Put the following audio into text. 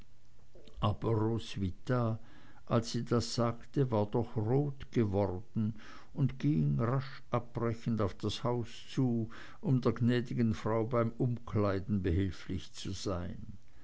aber roswitha als sie das sagte war doch rot geworden und ging rasch abbrechend auf das haus zu um der gnädigen frau beim umkleiden behilflich zu sein